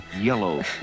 yellow